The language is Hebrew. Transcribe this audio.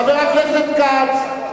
חבר הכנסת כץ,